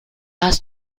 hast